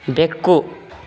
ಬೆಕ್ಕು